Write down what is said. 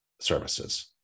services